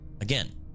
Again